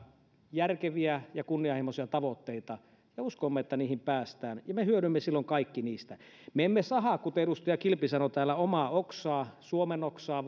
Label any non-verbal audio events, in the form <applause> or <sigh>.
järkeviä ja kunnianhimoisia tavoitteita ja uskomme että niihin päästään ja me hyödymme silloin kaikki niistä me emme sahaa kuten edustaja kilpi sanoi täällä omaa oksaa suomen oksaa <unintelligible>